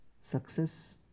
success